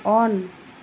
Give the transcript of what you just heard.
on